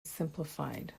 simplified